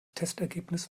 testergebnis